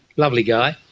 lovely guy,